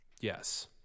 Yes